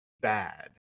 bad